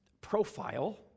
profile